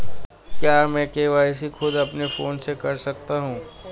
क्या मैं के.वाई.सी खुद अपने फोन से कर सकता हूँ?